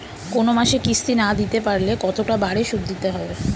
কোন মাসে কিস্তি না দিতে পারলে কতটা বাড়ে সুদ দিতে হবে?